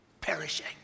Perishing